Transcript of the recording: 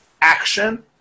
Action